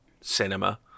cinema